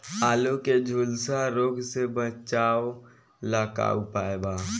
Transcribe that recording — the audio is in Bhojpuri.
आलू के झुलसा रोग से बचाव ला का उपाय बा?